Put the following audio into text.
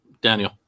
daniel